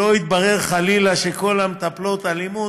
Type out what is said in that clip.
שלא יתברר, חלילה, שכל המטפלות אלימות,